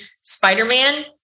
Spider-Man